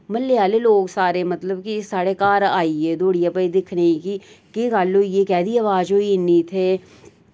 म्हल्ले आह्ले लोक सारे मतलब कि साढ़े घर आई गे दौड़िये भई दिक्खने कि केह् गल्ल होई कैह्दी अवाज होई इन्नी इत्थै